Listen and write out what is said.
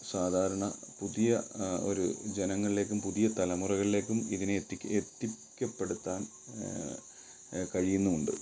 സാധാരണ പുതിയ ഒരു ജനങ്ങളിലേക്കും പുതിയ തലമുറയിലേക്കും ഇതിനെ എത്തിക്ക എത്തിക്കപ്പെടുത്താൻ കഴിയുമോ എന്തോ